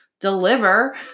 deliver